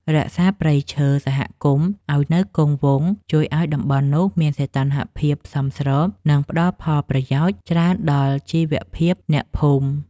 រក្សាព្រៃឈើសហគមន៍ឱ្យនៅគង់វង្សជួយឱ្យតំបន់នោះមានសីតុណ្ហភាពសមស្រប និង ផ្ដល់ផលប្រយោជន៍ច្រើនដល់ជីវភាពអ្នកភូមិ។